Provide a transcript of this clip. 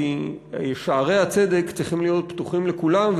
כי שערי הצדק צריכים להיות פתוחים לכולם,